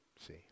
See